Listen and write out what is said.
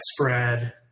spread